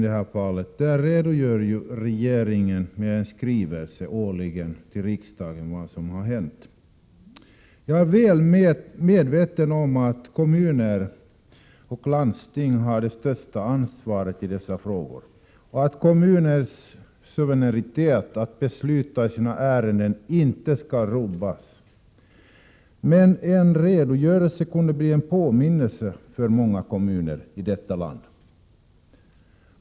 Regeringen redogör ju årligen i en skrivelse till riksdagen för vad som har hänt på det området. Jag är väl medveten om att kommuner och landsting har det största ansvaret i dessa frågor, och att kommunernas suveränitet att besluta i sina ärenden inte skall rubbas. Men en redogörelse från regeringen skulle kunna bli en påminnelse för många kommuner i detta land.